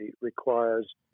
requires